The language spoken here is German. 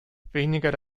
weniger